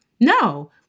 No